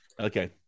okay